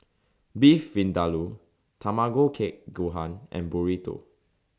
Beef Vindaloo Tamago Kake Gohan and Burrito